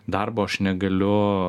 darbo aš negaliu